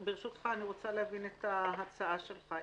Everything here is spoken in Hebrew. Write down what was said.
ברשותך, אני רוצה להבין את ההצעה שלך.